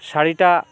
শাড়িটা